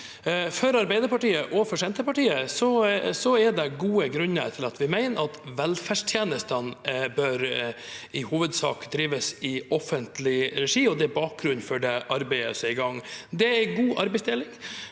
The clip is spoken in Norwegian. For Arbeiderpartiet og Senterpartiet er det gode grunner til at vi mener velferdstjenestene i hovedsak bør drives i offentlig regi, og det er bakgrunnen for det arbeidet som er i gang. Det er en god arbeidsdeling,